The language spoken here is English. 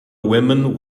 women